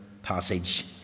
Passage